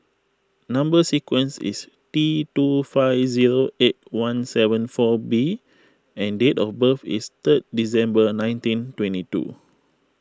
Number Sequence is T two five zero eight one seven four B and date of birth is three December nineteen twenty two